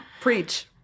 Preach